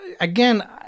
again